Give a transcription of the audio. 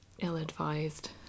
ill-advised